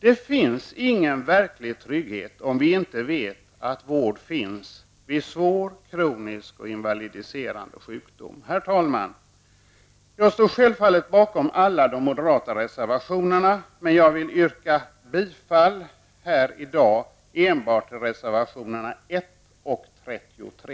Det finns ingen verklig trygghet om vi inte vet att vård finns vid svår, kronisk och invalidiserande sjukdom. Herr talman! Jag står självfallet bakom alla de moderata reservationerna, men jag vill här i dag yrka bifall endast till reservationerna 1 och 33.